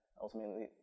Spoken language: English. ultimately